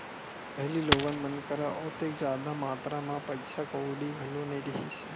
पहिली लोगन मन करा ओतेक जादा मातरा म पइसा कउड़ी घलो नइ रिहिस हे